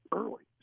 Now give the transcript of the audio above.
early